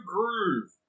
Groove